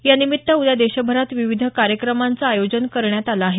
यानिमित्त उद्या देशभरात विविध कार्यक्रमांचं आयोजन करण्यात आलं आहे